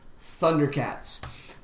Thundercats